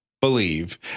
Believe